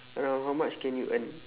around how much can you earn